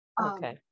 Okay